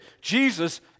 jesus